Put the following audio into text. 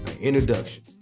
introduction